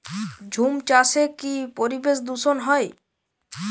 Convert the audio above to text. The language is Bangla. ঝুম চাষে কি পরিবেশ দূষন হয়?